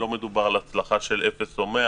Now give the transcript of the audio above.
לא מדובר על הצלחה מלאה או כישלון מלא